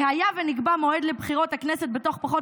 "היה ונקבע מועד לבחירות הכנסת בתוך פחות